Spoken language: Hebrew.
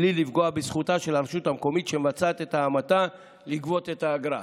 בלי לפגוע בזכותה של הרשות המקומית שמבצעת את ההמתה לגבות את האגרה.